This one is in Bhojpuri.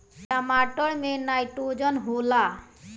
टमाटर मे नाइट्रोजन होला?